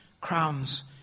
crowns